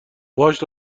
باهاش